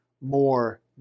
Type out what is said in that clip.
more